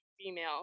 female